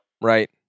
right